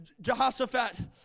Jehoshaphat